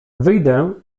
wyjdę